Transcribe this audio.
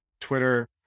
Twitter